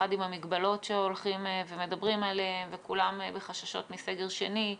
במיוחד עם המגבלות שמדברים עליהן וחששות מסגר שני.